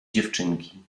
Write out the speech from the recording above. dziewczynki